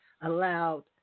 allowed